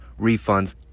refunds